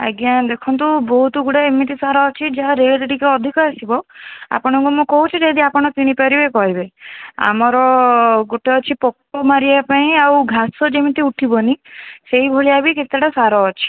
ଆଜ୍ଞା ଦେଖନ୍ତୁ ବହୁତ ଗୁଡ଼ାଏ ଏମିତି ସାର ଅଛି ଯାହା ରେଟ୍ ଟିକେ ଅଧିକ ଆସିବ ଆପଣଙ୍କୁ ମୁଁ କହୁଛି ଯଦି ଆପଣ କିଣି ପାରିବେ କହିବେ ଆମର ଗୋଟିଏ ଅଛି ପୋକ ମାରିବା ପାଇଁ ଆଉ ଘାସ ଯେମିତି ଉଠିବନି ସେଇଭଳିଆ ବି କେତେଟା ସାର ଅଛି